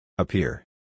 Appear